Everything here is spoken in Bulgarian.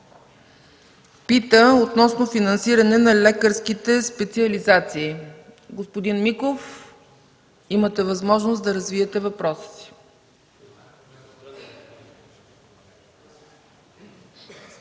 пита относно финансиране на лекарските специализации. Господин Миков, имате възможност да развиете въпроса